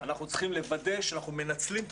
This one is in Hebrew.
ואנחנו צריכים לוודא שאנחנו מנצלים את